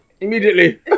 Immediately